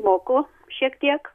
moku šiek tiek